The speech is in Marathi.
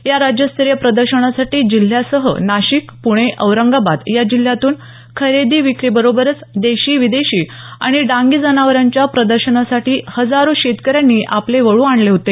या राज्यस्तरीय प्रदर्शनासाठी जिल्ह्यासह नाशिक पुणे औरंगाबाद या जिल्ह्यांतून खरेदी विक्रीबरोबरच देशी विदेशी आणि डांगी जनावरांच्या प्रदर्शनासाठी हजारो शेतकऱ्यांनी आपले वळू आणले होते